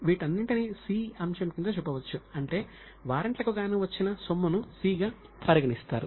వీటన్నింటిని 'c' అంశం కింద చూపవచ్చు అంటే వారెంట్ల పై వచ్చిన సొమ్మును 'c' గా పరిగణిస్తారు